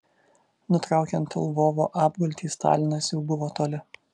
nutraukiant lvovo apgultį stalinas jau buvo toli